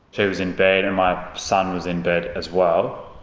she was in bed, and my son was in bed as well,